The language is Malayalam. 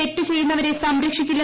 തെറ്റ് ചെയ്യുന്ന്വര്ക് സംരക്ഷിക്കില്ല